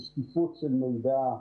של שקיפות של מידע.